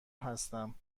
هستم